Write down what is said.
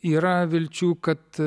yra vilčių kad